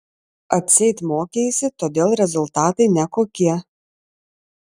atseit mokeisi todėl rezultatai nekokie